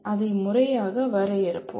அதை முறையாக வரையறுப்போம்